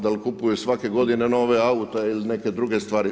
Da li kupuju svake godine nove aute ili neke druge stvari.